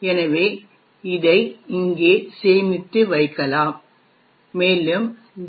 எனவே இதை இங்கே சேமித்து வைக்கலாம் மேலும் ஜி